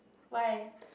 why